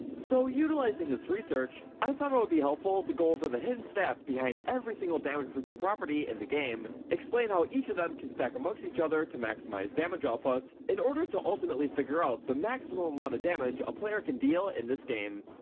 so utilizing this research, i thought it would be helpful to go over the hidden stats behind every single damage boosting property in the game, explain how each of them can stack amongst each other to maximize damage output, in order to ultimately figure out the maximum amount of damage a player can deal in this game!